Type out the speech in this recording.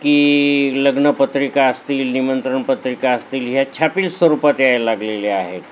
की लग्नपत्रिका असतील निमंत्रण पत्रिका असतील ह्या छापील स्वरूपात यायला लागलेल्या आहेत